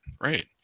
Right